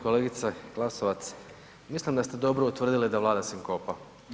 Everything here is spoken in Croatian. Kolegice Glasovac, mislim da ste dobro utvrdili da vlada sinkopa.